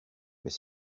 mais